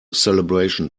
celebration